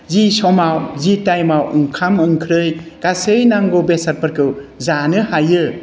जि समाव जि टाइमाव ओंखाम ओंख्रि गासै नांगौ बेसादफोरखौ जानो हायो